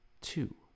two